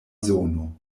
zono